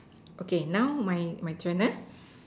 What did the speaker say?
okay now my my turn